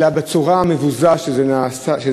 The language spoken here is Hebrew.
אלא בגלל הצורה המבוזה שבה זה נעשה.